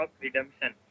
Redemption